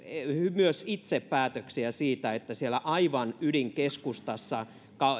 myös itse päätöksiä siitä että aivan ydinkeskustassa